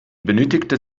benötigte